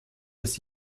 des